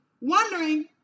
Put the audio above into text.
wondering